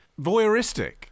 voyeuristic